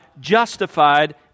justified